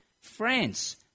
France